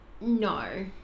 No